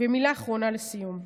ומילה אחרונה לסיום.